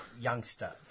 youngster